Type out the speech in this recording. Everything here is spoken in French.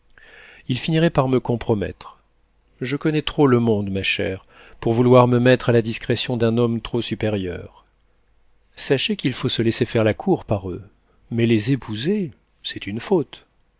il finirait par me compromettre je connais trop le monde ma chère pour vouloir me mettre à la discrétion d'un homme trop supérieur sachez qu'il faut se laisser faire la cour par eux mais les épouser c'est une faute